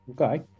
Okay